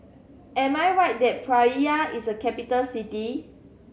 am I right that Praia is a capital city